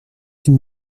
une